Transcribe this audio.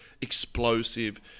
explosive